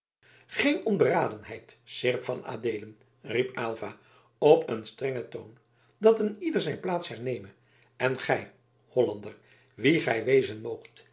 geene onberadenheid seerp van adeelen riep aylva op een strengen toon dat een ieder zijn plaats herneme en gij hollander wie gij wezen